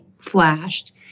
flashed